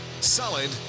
solid